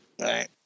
Right